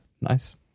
Nice